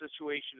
situation